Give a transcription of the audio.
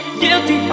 guilty